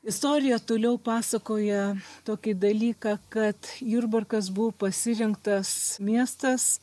istorija toliau pasakoja tokį dalyką kad jurbarkas buvo pasirinktas miestas